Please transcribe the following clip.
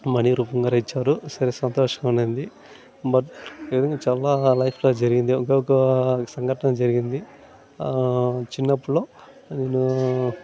money రూపంగానే ఇచ్చారు సరే సంతోషం ఉండింది బట్ ఈ విధంగా చాలా లైఫ్లో జరిగింది ఒక సంఘటన జరిగింది ఆ చిన్నప్పులో నేను